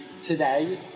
today